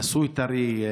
נשוי טרי.